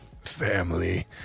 family